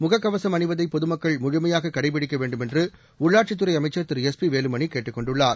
முக கவசம் அணிவதை பொதுமக்கள் முழுமையாக கடைபிடிக்க வேண்டுமென்று உள்ளாட்சித்துறை அமைச்சர் திரு எஸ் பி வேலுமணி கேட்டுக் கொண்டுள்ளார்